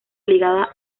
ligada